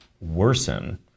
worsen